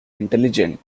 intelligent